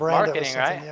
marketing right? yeah